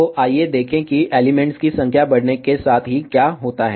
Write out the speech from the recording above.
तो आइए देखें कि एलिमेंट्स की संख्या बढ़ने के साथ ही क्या होता है